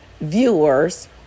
viewers